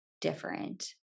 different